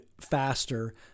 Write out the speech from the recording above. faster